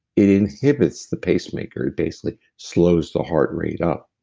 it inhibits the pacemaker, it basically slows the heart rate up.